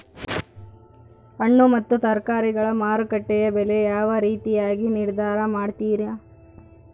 ಹಣ್ಣು ಮತ್ತು ತರಕಾರಿಗಳ ಮಾರುಕಟ್ಟೆಯ ಬೆಲೆ ಯಾವ ರೇತಿಯಾಗಿ ನಿರ್ಧಾರ ಮಾಡ್ತಿರಾ?